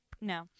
No